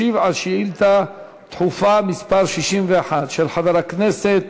ישיב על שאילתה דחופה מס' 61 של חבר הכנסת